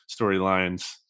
storylines